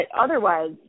otherwise